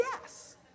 yes